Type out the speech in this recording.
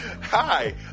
Hi